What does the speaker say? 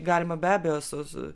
galima be abejo su su